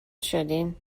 شدین